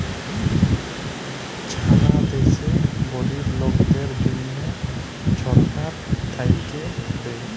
ছারা দ্যাশে গরিব লকদের জ্যনহ ছরকার থ্যাইকে দ্যায়